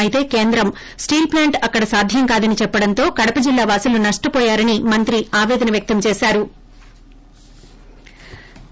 అయితే కేంద్రం steel plant అక్కడ సాధ్యం కాదని చెప్పడంతో కడప జిల్లావాసులు నష్టవోయారని మంత్రి ఆవేదన వ్యక్తం చేశారు